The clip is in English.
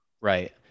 Right